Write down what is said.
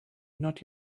not